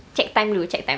check time dulu check time